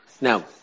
Now